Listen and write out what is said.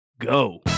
go